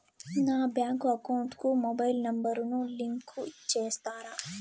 నా bank account కు mobile number ను లింకు చేస్తారా?